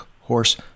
horse